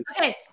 Okay